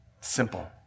Simple